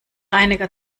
einiger